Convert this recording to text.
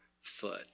foot